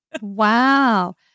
Wow